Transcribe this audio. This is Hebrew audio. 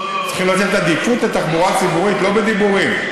צריכים לתת עדיפות לתחבורה ציבורית לא בדיבורים,